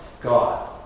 God